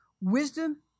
Wisdom